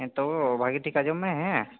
ᱦᱮᱸ ᱛᱚ ᱵᱷᱟᱹᱜᱤ ᱴᱷᱤᱠ ᱟᱸᱡᱚᱢ ᱢᱮ ᱦᱮᱸ